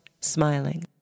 smiling